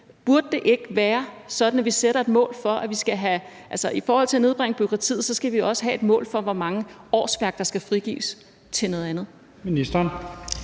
Burde det ikke være sådan, at vi i forhold til at nedbringe bureaukratiet skal have et mål for, hvor mange årsværk der skal frigives til noget andet?